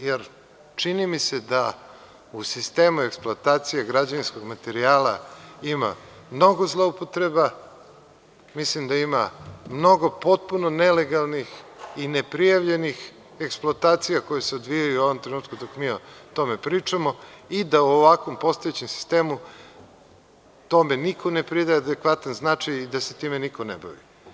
Jer, čini mi se da u sistemu eksploatacije građevinskog materijala ima mnogo zloupotreba, mislim da ima mnogo potpuno nelegalnih i ne prijavljenih eksploatacija koji se odvijaju u ovom trenutku dok mi o tome pričamo i da u ovakvom postojećem sistemu tome niko ne pridaje adekvatan značaj i da se time niko ne bavi.